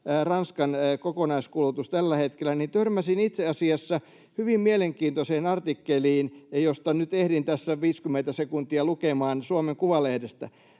Ranskan kokonaiskulutus tällä hetkellä, niin törmäsin itse asiassa hyvin mielenkiintoiseen artikkeliin, josta nyt ehdin tässä 50 sekuntia lukemaan Suomen Kuvalehdestä: